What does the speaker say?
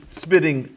spitting